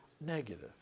negative